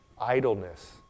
idleness